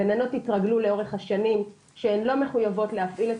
הגננות התרגלו לאורך השנים שהן לא מחוייבות להפעיל את